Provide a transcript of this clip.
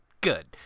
Good